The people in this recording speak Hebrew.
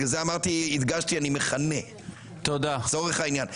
בגלל זה אמרתי, הדגשתי, אני מכנה לצורך העניין.